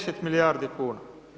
10 milijardi kuna.